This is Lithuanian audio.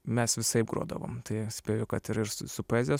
mes visaip grodavom tai spėju kad ir ir su su poezija